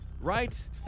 right